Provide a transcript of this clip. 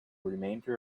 remainder